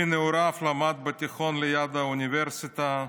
בנעוריו למד בתיכון ליד האוניברסיטה,